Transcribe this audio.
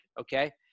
okay